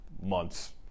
months